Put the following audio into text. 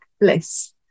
Bliss